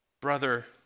Brother